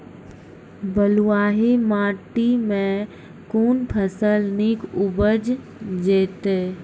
बलूआही माटि मे कून फसल नीक उपज देतै?